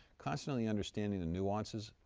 constantly understanding the nuances.